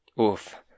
Oof